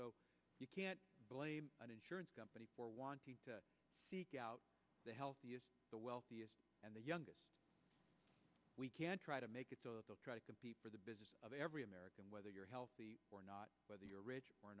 so you can't blame an insurance company for wanting to seek out the healthy the wealthiest and the youngest we can try to make it to try to compete for the business of every american whether you're healthy or not whether you're rich or